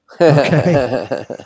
Okay